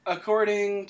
According